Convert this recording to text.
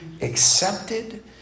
accepted